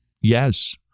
Yes